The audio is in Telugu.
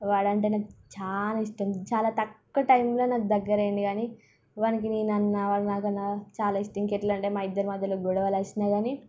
వాడు అంటే నాకు చాలా ఇష్టం చాలా తక్కువ టైంలో నాకు దగ్గర అయిండు కానీ వానికి నేనన్నా వాడు నాకన్నా చాలా ఇష్టం ఇంకా ఎట్లంటే మా ఇద్దరి మధ్యలో గొడవలు వచ్చినా కానీ